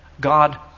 God